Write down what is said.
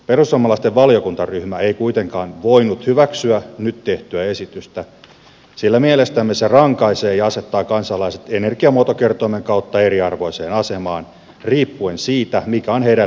perussuomalaisten valiokuntaryhmä ei kuitenkaan voinut hyväksyä nyt tehtyä esitystä sillä mielestämme se rankaisee ja asettaa kansalaiset energiamuotokertoimen kautta eriarvoiseen asemaan riippuen siitä mikä on heidän lämmitysmuotonsa